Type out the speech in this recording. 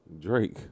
Drake